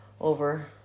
over